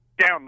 down